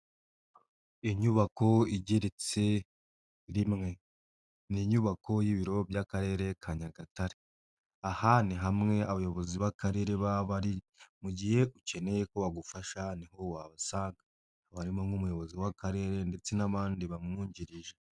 Inyubako igeretse rimwe, ni inyubako y'ibiro by'akarere ka Nyagatare, aha ni hamwe abayobozi b'akarere baba bari, mu gihe ukeneye ko bagufasha ni ho wabasanga, haba harimo nk'umuyobozi w'akarere ndetse n'abandi bamwungirije.